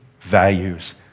values